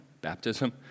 baptism